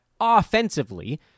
offensively